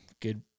Good